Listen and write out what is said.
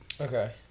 Okay